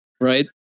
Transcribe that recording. Right